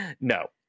no